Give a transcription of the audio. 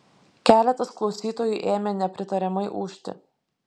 keletas klausytojų ėmė nepritariamai ūžti